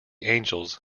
angels